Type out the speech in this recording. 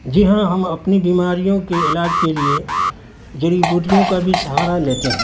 جی ہاں ہم اپنی بیماریوں کے علاج کے لیے جڑی بوٹیوں کا بھی سہارا لیتے ہیں